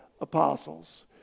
apostles